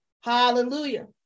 Hallelujah